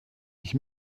ich